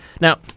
Now